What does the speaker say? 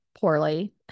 poorly